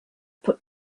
put